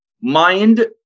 Mind